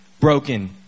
broken